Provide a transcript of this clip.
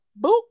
Boop